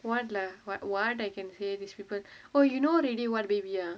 wha~ what can I say lah these people oh you know what baby already ah